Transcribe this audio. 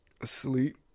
Asleep